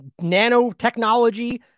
nanotechnology